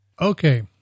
Okay